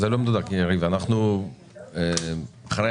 אנחנו אחרי